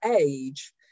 age